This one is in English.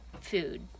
food